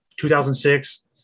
2006